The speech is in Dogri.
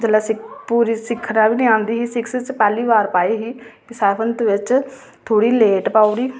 जेल्लै पूरी सिक्खना बी निं औंदी ही ते असें पैह्ली बार पाई ही सैवन्थ बिच थोह्ड़ी लेट पाई ओड़ी